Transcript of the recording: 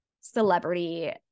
celebrity